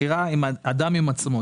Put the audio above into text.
מכירה, אדם עם עצמו.